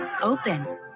open